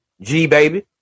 G-Baby